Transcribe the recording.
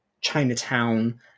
Chinatown